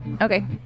Okay